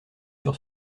sur